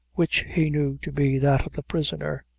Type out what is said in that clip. which he knew to be that of the prisoner,